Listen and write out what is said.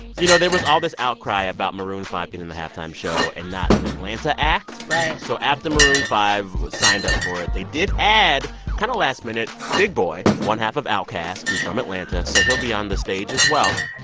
you know, there was all this outcry about maroon five being in the halftime show and not an atlanta act right so after maroon five signed up for it, they did add kind of last minute big boi, one half of outkast, who's from atlanta. so he'll be on the stage as well.